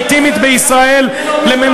אתה משווה ממשלה לגיטימית בישראל לממשלה